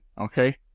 okay